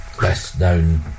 best-known